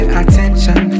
attention